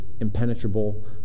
impenetrable